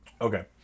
Okay